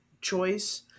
choice